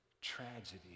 tragedy